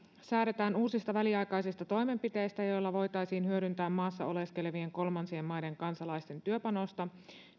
säädetään uusista väliaikaisista toimenpiteistä joilla voitaisiin hyödyntää maassa oleskelevien kolmansien maiden kansalaisten työpanosta